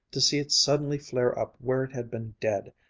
to see it suddenly flare up where it had been dead,